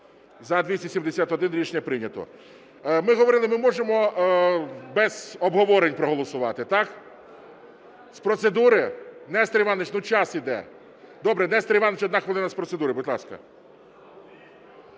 За-271 Рішення прийнято. Ми говорили, ми можемо без обговорень проголосувати. Так? З процедури? Нестор Іванович, ну, час йде. Добре, Нестор Іванович, 1 хвилина з процедури, будь ласка.